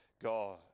God